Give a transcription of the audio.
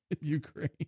Ukraine